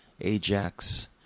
Ajax